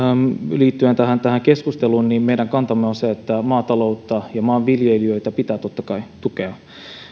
liittyen tähän tähän keskusteluun meidän kantamme on se että maataloutta ja maanviljelijöitä pitää totta kai tukea